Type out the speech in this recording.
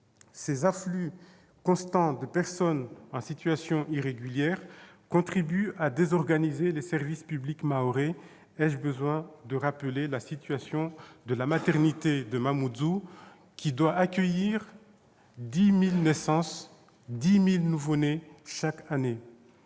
Cet afflux constant de personnes en situation irrégulière contribue à désorganiser les services publics mahorais. Ai-je besoin de rappeler la situation de la maternité de Mamoudzou, qui doit accueillir près de 10 000 nouveau-nés chaque année ?